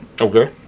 Okay